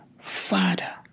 Father